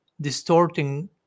distorting